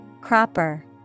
Cropper